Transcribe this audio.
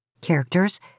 Characters